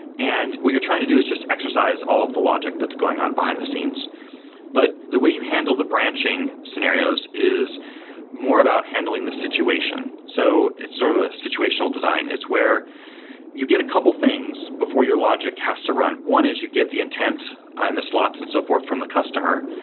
and what you're trying to do is just exercise all of the logic that's going on behind the scenes but the way you handle the branching scenarios is more about handling the situation. so it's sort of a situational design. it's where you get a couple things before your logic has to run. one is you get the intent and the slots and so forth from the customer,